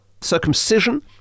circumcision